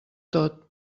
tot